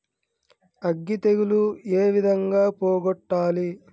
అగ్గి తెగులు ఏ విధంగా పోగొట్టాలి?